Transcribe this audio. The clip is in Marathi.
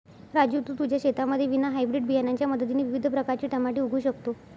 राजू तू तुझ्या शेतामध्ये विना हायब्रीड बियाणांच्या मदतीने विविध प्रकारचे टमाटे उगवू शकतो